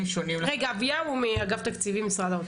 אביה הוא מאגף תקציבים משרד האוצר.